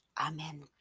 Amen